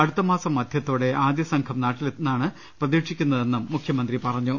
അടുത്തമാസം മധ്യ ത്തോടെ ആദ്യസംഘം നാട്ടിലെത്തുമെന്നാണ് പ്രതീക്ഷിക്കുന്നതെന്നും മുഖ്യമന്ത്രി പറ ഞ്ഞു